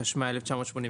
התשמ"ה-1985,